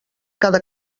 cada